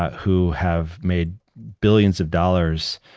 who have made billions of dollars.